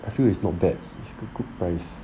I feel it's not bad it's a good price